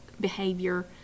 behavior